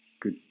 good